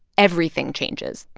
everything changes.